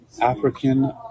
African